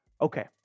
Okay